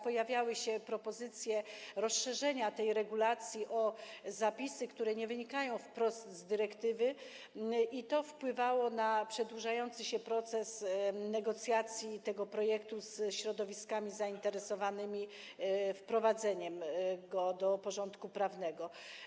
Pojawiały się propozycje rozszerzenia tej regulacji o zapisy, które nie wynikają wprost z dyrektywy, i to wpływało na przedłużający proces negocjacji w związku z tym projektem ze środowiskami zainteresowanymi wprowadzeniem go do porządku prawnego.